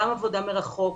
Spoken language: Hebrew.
גם עבודה מרחוק,